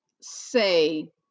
say